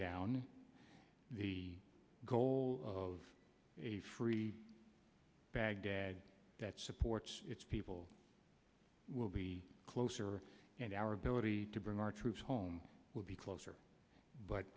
down the goal of a free baghdad that supports its people will be closer and our ability to bring our troops home will be closer but